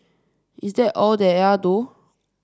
is that all they are though